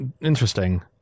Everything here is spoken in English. Interesting